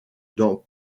dans